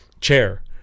chair